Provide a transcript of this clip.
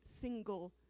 single